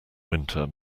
winter